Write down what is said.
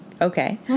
Okay